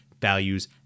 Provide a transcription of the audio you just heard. values